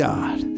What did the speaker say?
God